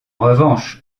revanche